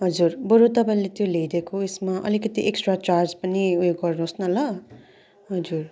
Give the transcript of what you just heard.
हजुर बरु तपाईँले त्यो ल्याइदिएको उइसमा अलिकति एक्सट्रा चार्ज पनि ऊ यो गर्नुहोस् न ल हजुर